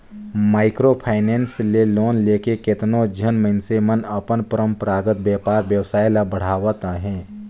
micro finance ले loan लेके केतनो झन मइनसे मन अपन परंपरागत बयपार बेवसाय ल बढ़ावत अहें